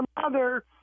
mother